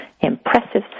Impressive